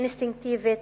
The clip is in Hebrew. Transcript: אינסטינקטיבית,